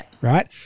right